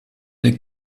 des